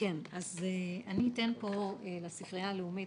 אני אתן פה לספרייה הלאומית,